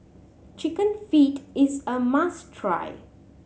Chicken Feet is a must try